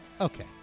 okay